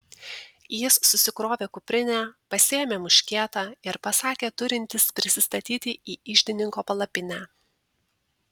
jis susikrovė kuprinę pasiėmė muškietą ir pasakė turintis prisistatyti į iždininko palapinę